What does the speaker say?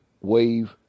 wave